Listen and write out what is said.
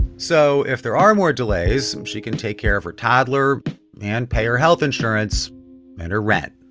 so if there are more delays, she can take care of her toddler and pay her health insurance and her rent